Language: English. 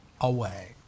away